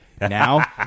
now